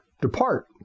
Depart